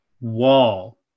wall